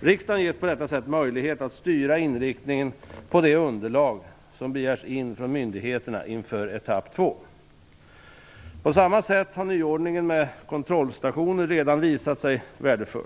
Riksdagen ges på detta sätt möjlighet att styra inriktningen på det underlag som begärs in från myndigheterna inför etapp 2. Nyordningen med kontrollstationer har redan visat sig vara värdefull.